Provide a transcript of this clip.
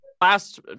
Last